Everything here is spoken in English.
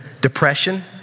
depression